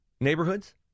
neighborhoods